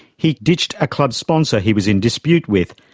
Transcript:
he ditched a club sponsor he was in dispute with,